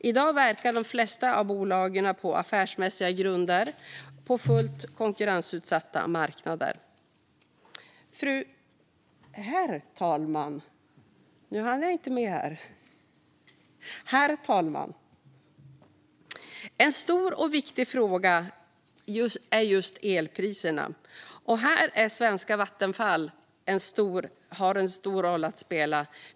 I dag verkar de flesta av bolagen på affärsmässiga grunder på fullt konkurrensutsatta marknader. Herr talman! En stor och viktig fråga just nu är elpriserna, och här har svenska Vattenfall en stor roll att spela.